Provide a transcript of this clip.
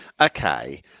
okay